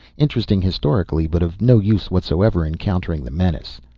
interesting historically, but of no use whatsoever in countering the menace.